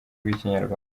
rw’ikinyarwanda